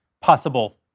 possible